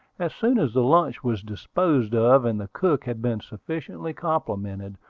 as soon as the lunch was disposed of, and the cook had been sufficiently complimented,